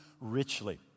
richly